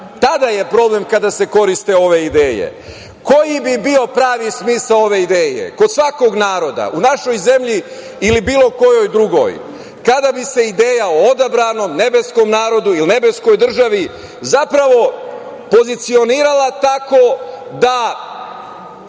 Tada je problem kada se koriste ove ideje. Koji bi bio pravi smisao ove ideje kod svakog naroda, u našoj zemlji ili u bilo kojoj drugoj? Kada bi se ideja o odabranom nebeskom narodu ili nebeskoj državi zapravo pozicionirala tako da